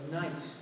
night